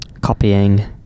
copying